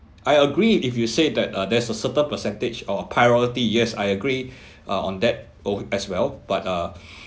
we I agree if you say that uh there's a certain percentage or priority yes I agree on that as well but uh